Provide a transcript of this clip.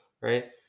right